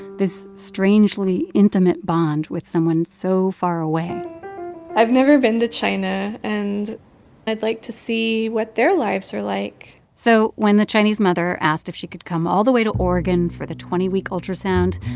this strangely intimate bond with someone so far away i've never been to china, and i'd like to see what their lives are like so when the chinese mother asked if she could come all the way to oregon for the twenty week ultrasound,